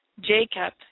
Jacob